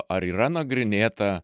ar yra nagrinėta